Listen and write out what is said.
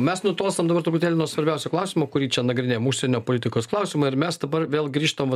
mes nutolstam dabar truputėlį nuo svarbiausio klausimo kurį čia nagrinėjam užsienio politikos klausimo ir mes dabar vėl grįžtam vat